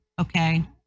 okay